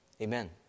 Amen